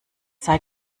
sei